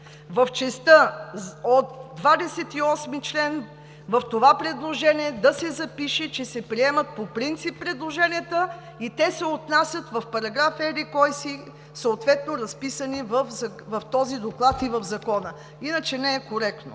в частта от чл. 28 в това предложение да се запише, че се приемат по принцип предложенията и те се отнасят в параграф еди-кой си, съответно разписани в този доклад и в Закона. Иначе не е коректно.